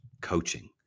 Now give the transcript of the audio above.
coaching